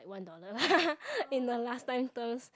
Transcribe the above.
like one dollar you know last time those